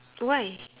why